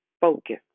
Focus